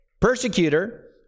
persecutor